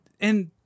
and-